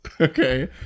okay